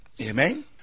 Amen